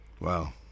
Wow